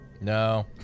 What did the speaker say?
No